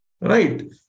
right